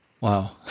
Wow